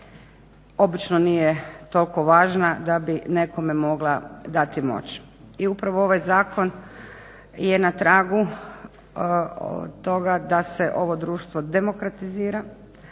obično nije toliko važna da bi nekome mogla dati moć i upravo ovaj zakon je na tragu toga da se ovo društvo demokratizira,